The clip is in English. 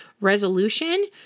resolution